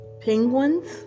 penguins